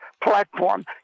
platform